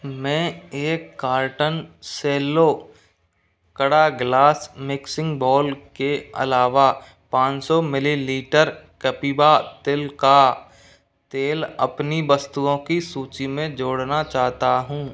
मैं एक कार्टन सेल्लो कड़ा ग्लास मिक्सिंग बोल के अलावा पाँच सौ मिलीलीटर कपिवा तिल का तेल अपनी वस्तुओं की सूची में जोड़ना चाहता हूँ